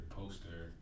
poster